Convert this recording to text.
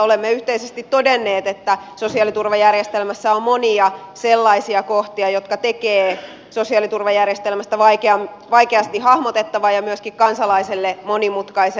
olemme yhteisesti todenneet että sosiaaliturvajärjestelmässä on monia sellaisia kohtia jotka tekevät sosiaaliturvajärjestelmästä vaikeasti hahmotettavan ja myöskin kansalaiselle monimutkaisen